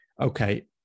okay